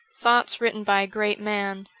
thoughts written by a great man,